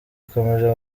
ikomeje